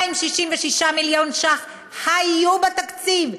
266 מיליון שקלים היו בתקציב וירדו.